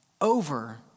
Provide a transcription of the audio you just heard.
over